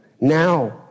now